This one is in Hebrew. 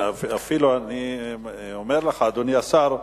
כן, אפילו אני אומר לך, אדוני השר,